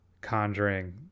Conjuring